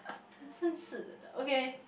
你沉思 lah okay